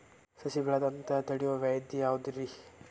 ಸಸಿ ಬೆಳೆಯದಂತ ತಡಿಯೋ ವ್ಯಾಧಿ ಯಾವುದು ರಿ?